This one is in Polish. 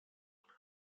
muszę